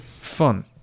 Fun